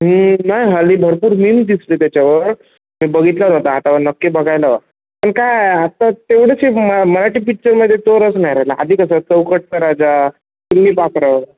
ते ना हाली भरपूर मीन दिसते त्याच्यावर मी बघितलं नव्हता आता नक्की बघायला पण काय आता तेवढेशी म मराठी पिक्चरमध्ये तो रस नाही राहिला आधी कसं चौकटचा राजा तुम्मी पाकडं